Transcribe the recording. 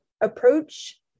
approach